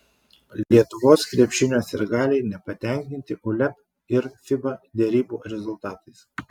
lietuvos krepšinio sirgaliai nepatenkinti uleb ir fiba derybų rezultatais